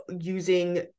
using